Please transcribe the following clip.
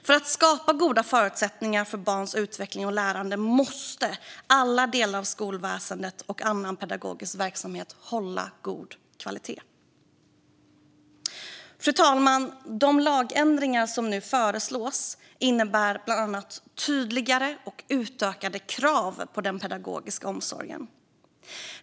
För att man ska kunna skapa goda förutsättningar för barns utveckling och lärande måste alla delar av skolväsendet och annan pedagogisk verksamhet hålla god kvalitet. Fru talman! De lagändringar som nu föreslås innebär bland annat tydligare och utökade krav på den pedagogiska omsorgen.